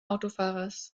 autofahrers